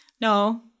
No